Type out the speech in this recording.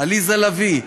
עליזה לביא,